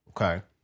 Okay